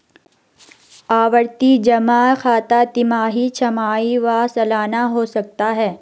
आवर्ती जमा खाता तिमाही, छमाही व सलाना हो सकता है